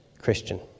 Christian